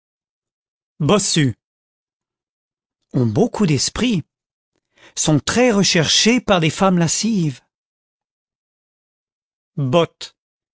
bossus ont beaucoup d'esprit sont très recherchés par des femmes lascives botte